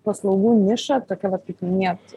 paslaugų niša tokia vat kaip minėjot